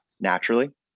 naturally